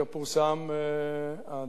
שהיה מוסכם על הכול.